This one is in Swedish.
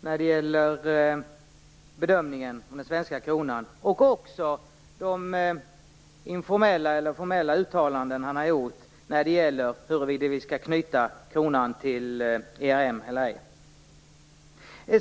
när det gäller bedömningen av den svenska kronan och också de informella eller formella uttalanden han har gjort när det gäller huruvida vi skall knyta kronan till ERM eller ej.